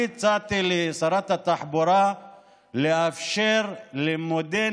אני הצעתי לשרת התחבורה לאפשר לימודי